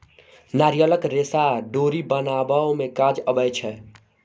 नारियलक रेशा डोरी बनाबअ में काज अबै छै